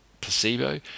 placebo